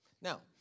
Now